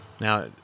Now